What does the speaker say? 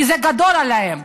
כי זה גדול עליהם,